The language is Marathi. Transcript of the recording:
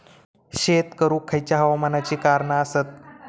शेत करुक खयच्या हवामानाची कारणा आसत?